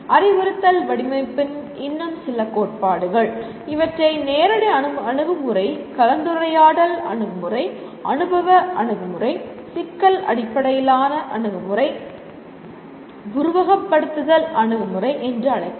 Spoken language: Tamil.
அறிவுறுத்தல் வடிவமைப்பின் இன்னும் சில கோட்பாடுகள் இவற்றை நேரடி அணுகுமுறை கலந்துரையாடல் அணுகுமுறை அனுபவ அணுகுமுறை சிக்கல் அடிப்படையிலான அணுகுமுறை உருவகப்படுத்துதல் அணுகுமுறை என்று அழைக்கலாம்